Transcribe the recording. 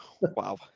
Wow